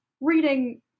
reading